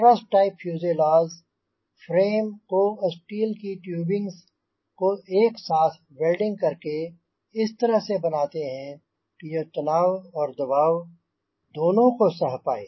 truss type fuselage frame को steel की tubings को एक साथ वेल्डिंग कर इस तरह से बनाते हैं की यह तनाव और दबाव दोनो को सह पाए